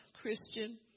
christian